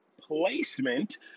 placement